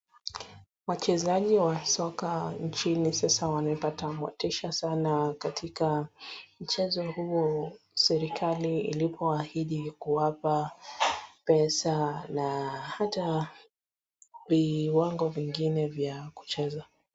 Wachezaji wa soka nchini sasa wamepata motisha sana katika mchezo huo serikali ilipowaahidi kuwapa pesa na hata viwango vingine vya kucheza.